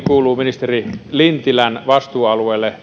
kuuluu edelleenkin ministeri lintilän vastuualueelle